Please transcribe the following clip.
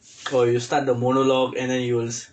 oh you start the dialogue and then you will s~